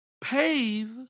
pave